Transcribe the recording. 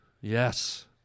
Yes